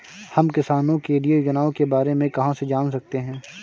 हम किसानों के लिए योजनाओं के बारे में कहाँ से जान सकते हैं?